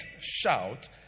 shout